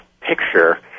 picture